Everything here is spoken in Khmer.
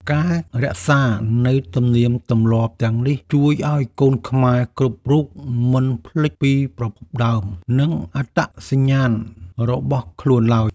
ការរក្សានូវទំនៀមទម្លាប់ទាំងនេះជួយឱ្យកូនខ្មែរគ្រប់រូបមិនភ្លេចពីប្រភពដើម និងអត្តសញ្ញាណរបស់ខ្លួនឡើយ។